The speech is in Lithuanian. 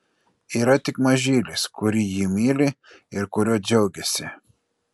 yra tik mažylis kurį ji myli ir kuriuo džiaugiasi